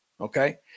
okay